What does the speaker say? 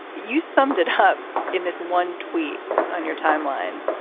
you summed it up in this one tweet on your timeline.